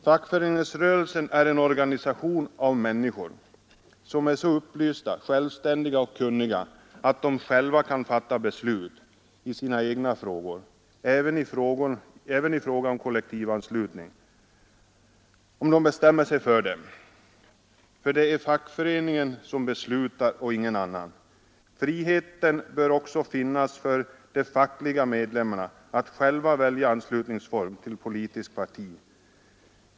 Fackföreningsrörelsen är uppbyggd av människor som är så upplysta, självständiga och kunniga att de själva kan fatta beslut i sina egna frågor. Även i frågan om kollektivanslutning — om den blir aktuell — är det fackföreningen som beslutar och ingen annan. Friheten bör också finnas för de fackliga medlemmarna att själva välja anslutningsform till politiskt parti.